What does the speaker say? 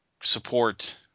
support